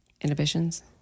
Inhibitions